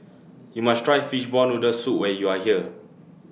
YOU must Try Fishball Noodle Soup when YOU Are here